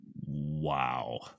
Wow